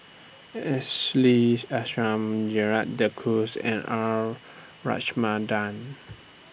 Ashley Isham Gerald De Cruz and R Ramachandran